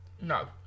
no